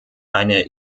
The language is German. eine